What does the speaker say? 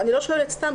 אני לא שואלת סתם,